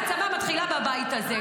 העצמה מתחילה בבית הזה.